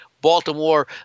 Baltimore